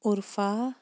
عُرفا